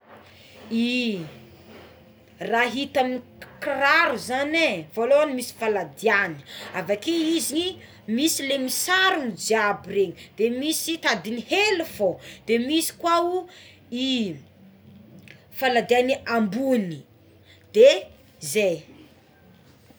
I raha ita amign'ny kiraro zagnié voalohany misy faladiagny avakeo izy misy lé misarona jiaby regny de misy tadigny hely foagna se misy ko ao igny faladiagny ambogny de zay.